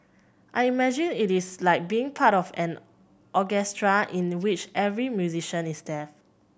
I imagine it is like being part of an orchestra in which every musician is deaf